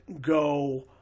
go